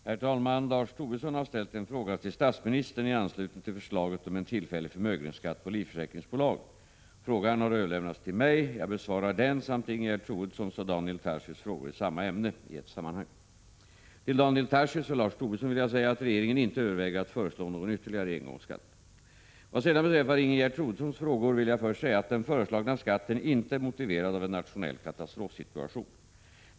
Herr talman! Lars Tobisson har ställt en fråga till statsministern i anslutning till förslaget om en tillfällig förmögenhetsskatt på livförsäkringsbolag. Frågan har överlämnats till mig. Jag besvarar den samt Ingegerd Troedssons och Daniel Tarschys frågor i samma ämne i ett sammanhang. Till Daniel Tarschys och Lars Tobisson vill jag säga att regeringen inte överväger att föreslå någon ytterligare engångsskatt. Vad sedan beträffar Ingegerd Troedssons frågor vill jag först säga att den föreslagna skatten inte är motiverad av en nationell katastrofsituation.